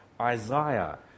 Isaiah